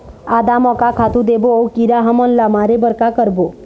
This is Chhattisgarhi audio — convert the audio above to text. आदा म का खातू देबो अऊ कीरा हमन ला मारे बर का करबो?